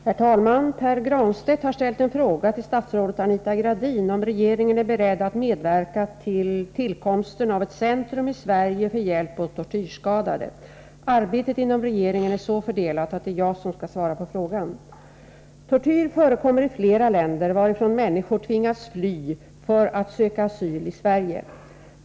Herr talman! Pär Granstedt har ställt en fråga till statsrådet Anita Gradin om regeringen är beredd att medverka till tillkomsten av ett centrum i Sverige för hjälp åt tortyrskadade. Arbetet inom regeringen är så fördelat att det är jag som skall svara på frågan. Tortyr förekommer i flera länder varifrån människor tvingats fly för att söka asyl i Sverige.